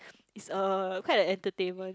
is uh quite an entertainment